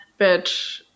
bitch